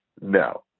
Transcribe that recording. No